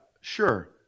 sure